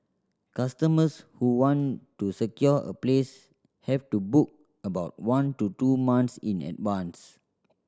customers who want to secure a place have to book about one to two months in advance